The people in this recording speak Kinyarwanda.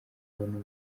n’ubwo